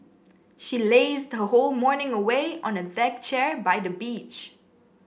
she lazed her whole morning away on a deck chair by the beach